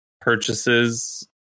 purchases